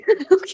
Okay